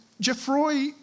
Geoffroy